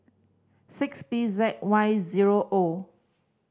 six P Z Y zero O